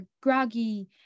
groggy